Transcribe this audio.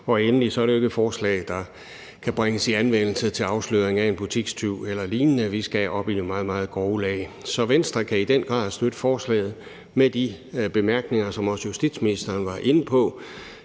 Endelig er det ikke et forslag, der kan bringes i anvendelse til afsløring af en butikstyv eller lignende. Vi skal op i nogle meget, meget grove kategorier. Så Venstre kan i den grad støtte forslaget med de bemærkninger, som også justitsministeren kom med.